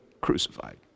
crucified